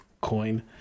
coin